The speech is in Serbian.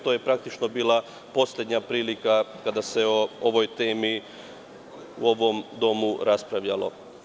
To je praktično bila poslednja prilika kada se o ovoj temi u ovom Domu raspravljalo.